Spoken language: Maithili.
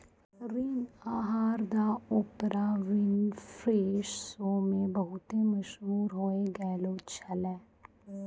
ऋण आहार द ओपरा विनफ्रे शो मे बहुते मशहूर होय गैलो छलै